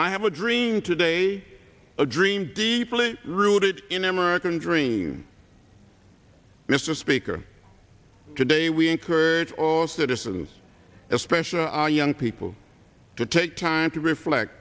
i have a dream today a dream deeply rooted in american dream mr speaker today we encourage or citizens especially our young people to take time to reflect